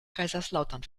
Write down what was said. kaiserslautern